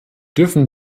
dürfen